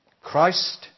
Christ